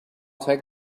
take